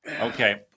Okay